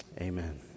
amen